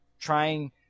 trying